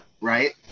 right